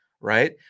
right